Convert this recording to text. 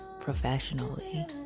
professionally